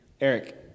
Eric